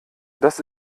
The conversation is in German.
das